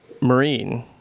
Marine